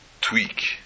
tweak